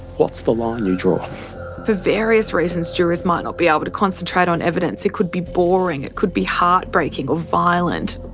what's the line you draw? for various reasons jurors might not be able to concentrate on evidence. it could be boring, it could be heartbreaking or violent.